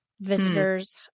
Visitors